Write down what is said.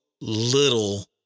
little